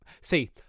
See